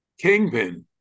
kingpin